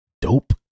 dope